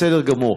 בסדר גמור.